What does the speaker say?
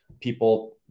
people